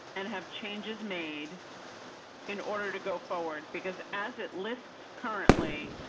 and have changes made in order to go forward, because as it lists currently.